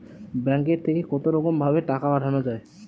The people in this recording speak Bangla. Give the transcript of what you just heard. ব্যাঙ্কের থেকে কতরকম ভাবে টাকা পাঠানো য়ায়?